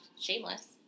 Shameless